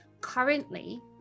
currently